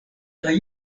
kaj